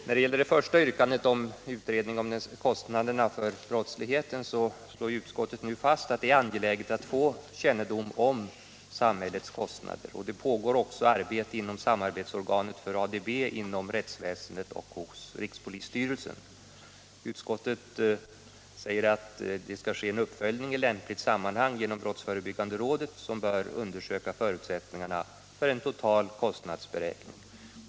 När det gäller det första yrkandet, utredning om kostnaderna av brottsligheten, slår utskottet nu fast att det är angeläget att få kännedom om vad den samlade brottsligheten kostar samhället och att det också pågår arbete inom samarbetsorganet för ADB inom rättsväsendet och hos rikspolisstyrelsen. Utskottet säger att det bör ske en uppföljning i lämpligt sammanhang genom brottsförebyggande rådet, som bör undersöka förutsättningarna för en total kostnadsberäkning.